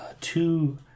two